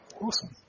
Awesome